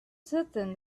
certain